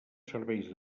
serveis